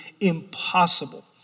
impossible